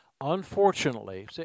Unfortunately